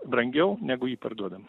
brangiau negu jį parduodam